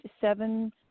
seven